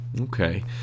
Okay